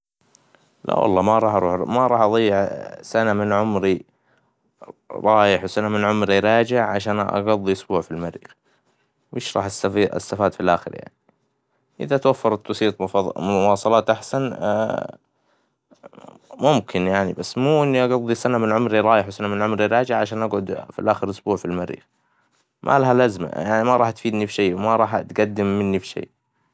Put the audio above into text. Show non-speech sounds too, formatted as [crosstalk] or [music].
لا والله ما راح روح له, ما راح اظيع سنة من عمري, رايح وسنة من عمري راجع, عشان أقظي اسبوع في المريخ, مش راح است- استفاد في الآخر يعني, إذا توفرت وسيلة مواف- مواصلات أحسن [hesitation] ممكن يعني, بس مو إني أقظي سنة من عمري رايح, وسنة من عمري راجع عشان أقعد في الآخر أسبوع في المريخ, ما لها لازمة, يعني ما راح تفيدني بشي, وما راح تقدن مني مني في شي.